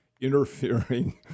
interfering